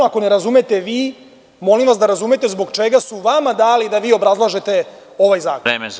Ako ne razumete vi, molim vas da razumete zbog čega su vama dali da vi obrazlažete ovaj zakon.